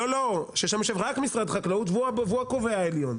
לא, ששם יושב רק משרד החקלאות והוא הקובע העליון.